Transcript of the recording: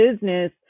business